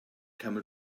camel